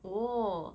orh